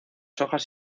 hojas